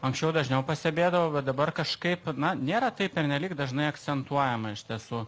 anksčiau dažniau pastebėdavau bet dabar kažkaip na nėra taip pernelyg dažnai akcentuojama iš tiesų